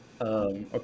Okay